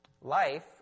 Life